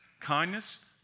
kindness